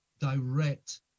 direct